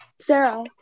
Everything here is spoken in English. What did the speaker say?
Sarah